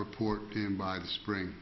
report in by the spring